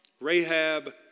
Rahab